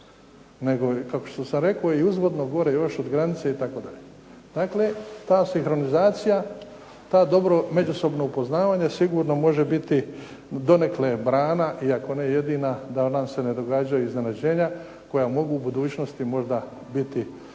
nego kao što sam rekao i uzvodno gore još od granice i tako dalje. Dakle ta sinhronizacija, ta dobro međusobno upoznavanje sigurno može biti donekle brana i ako ne jedina da nam se ne događaju iznenađenja koja mogu u budućnosti možda biti